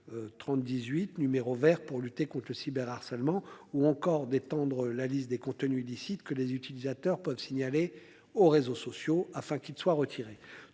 30 18, numéro Vert pour lutter contre le cyberharcèlement ou encore d'étendre la liste des contenus illicites, que les utilisateurs peuvent signaler aux réseaux sociaux, afin qu'ils soient retirés.